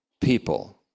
people